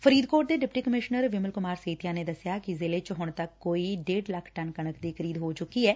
ਫਰੀਦਕੋਟ ਦੇ deputy commissioner Vimal Kumar Setia ਨੇ ਦਸਿਆ ਕਿ ਜ਼ਿਲ਼ੇ ਚ ਹੁਣ ਤੱਕ ਕੋਈ ਢੇਡ ਲੱਖ ਟਨ ਕਣਕ ਦੀ ਖਰੀਦ ਹੋ ਚੂੱਕੀ ਐ